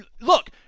Look